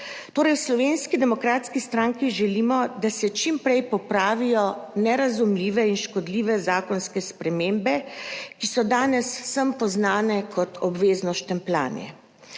Torej, v Slovenski demokratski stranki želimo, da se čim prej popravijo nerazumljive in škodljive zakonske spremembe, ki so danes vsem poznane kot obvezno štempljanje.